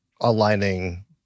aligning